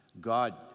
God